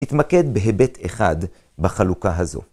תתמקד בהיבט אחד בחלוקה הזו.